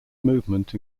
movement